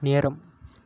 நேரம்